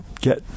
get